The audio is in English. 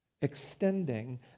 extending